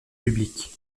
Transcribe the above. public